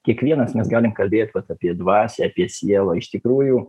kiekvienas mes galim kalbėt vat apie dvasią apie sielą iš tikrųjų